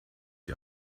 die